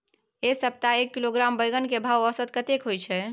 ऐ सप्ताह एक किलोग्राम बैंगन के भाव औसत कतेक होय छै?